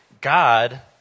God